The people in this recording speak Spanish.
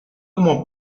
como